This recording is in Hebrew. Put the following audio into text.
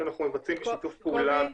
אנחנו מבצעים בשיתוף פעולה